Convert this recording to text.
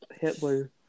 Hitler